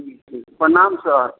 प्रणाम सर